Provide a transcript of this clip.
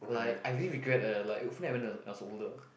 like I really regret leh like if only I went when I was when I was older